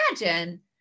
imagine